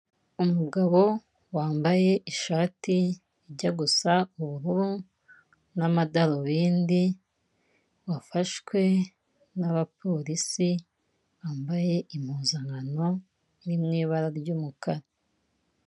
Umugabo wambaye ishati ijya gusa ubururu n'amadarubindi wafashwe n'abapolisi bambaye impuzankano iri mu ibara ry'umukara.